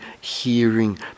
hearing